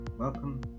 welcome